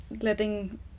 Letting